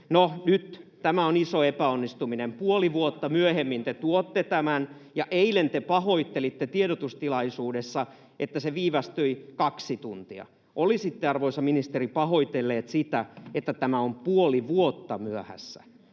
No, nyt tämä on iso epäonnistuminen. Puoli vuotta myöhemmin te tuotte tämän, ja eilen te pahoittelitte tiedotustilaisuudessa, että se viivästyi kaksi tuntia. Olisitte, arvoisa ministeri, pahoitelleet sitä, että tämä on puoli vuotta myöhässä.